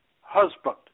husband